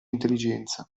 intelligenza